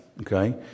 Okay